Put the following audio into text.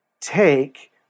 take